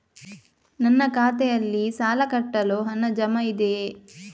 ನನ್ನ ಖಾತೆಯಲ್ಲಿ ಸಾಲ ಕಟ್ಟಲು ಹಣ ಜಮಾ ಇದೆಯೇ?